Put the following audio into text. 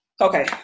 okay